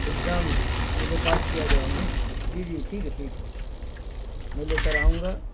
exam میں جو pass کیا گیا ہوں جی جی ٹھیک ہے ٹھیک ہے میں لے کر آؤں گا